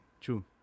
True